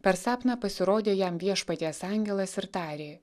per sapną pasirodė jam viešpaties angelas ir tarė